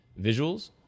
visuals